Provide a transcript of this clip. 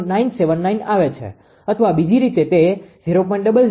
00979 આવે છે અથવા બીજી રીતે તે 0